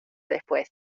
después